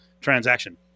transaction